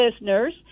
listeners